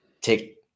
take